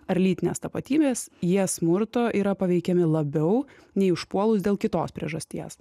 ar lytinės tapatybės jie smurto yra paveikiami labiau nei užpuolus dėl kitos priežasties